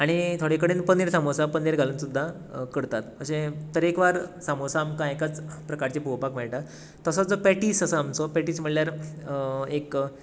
आनी थोडे कडेन पनीर सामोसा पनीर घालून सुद्दां करतात अशें तरेकवार सामोसा आमकां एकाच प्रकारचे पळोवपोक मेळटात तसोच जो पॅटीस आसा आमचो पॅटीस म्हळ्यार एक